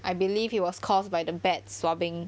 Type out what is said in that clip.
I believe it was caused by the bad swabbing